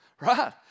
Right